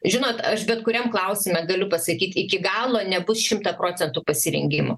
žinot aš bet kuriam klausime galiu pasakyt iki galo nebus šimtą procentų pasirengimo